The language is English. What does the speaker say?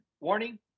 warning